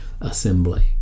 assembly